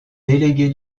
délégué